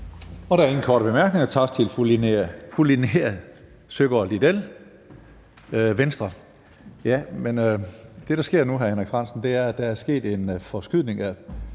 Der er ingen korte bemærkninger. Tak til fru Linea Søgaard-Lidell, Venstre. Det, der sker nu, hr. Henrik Frandsen, er, at der er sket en forskydning af